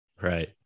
Right